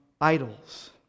idols